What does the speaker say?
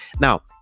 now